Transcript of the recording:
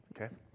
Okay